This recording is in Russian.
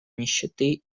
нищеты